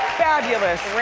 fabulous.